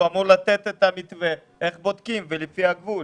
הוא אמור לתת את המתווה איך בודקים ומה הגבול.